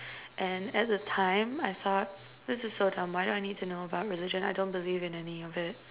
and at that time I thought this is so dumb why do I need to know about religion I don't believe in any of it